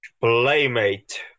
Playmate